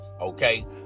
okay